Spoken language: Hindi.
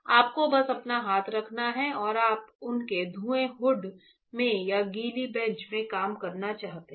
आपको बस अपना हाथ रखना है और आप उनके धुआं हुड में या गीली बेंच में काम करना चाहते हैं